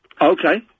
Okay